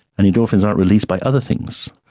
and endorphins aren't released by other things.